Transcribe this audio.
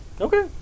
Okay